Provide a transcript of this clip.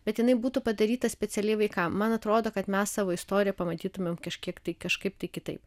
bet jinai būtų padaryta specialiai vaikam man atrodo kad mes savo istoriją pamatytumėm kažkiek tai kažkaip tai kitaip